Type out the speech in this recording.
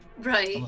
Right